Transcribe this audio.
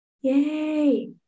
Yay